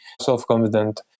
self-confident